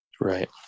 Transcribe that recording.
Right